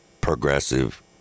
progressive